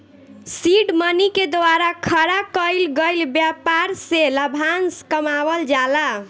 seed money के द्वारा खड़ा कईल गईल ब्यपार से लाभांस कमावल जाला